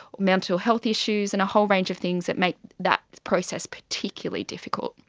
mental health issues, and a whole range of things that make that process particularly difficult.